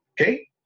okay